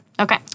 Okay